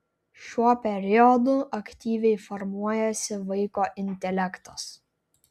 šiuo periodu aktyviai formuojasi vaiko intelektas